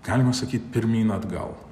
galima sakyt pirmyn atgal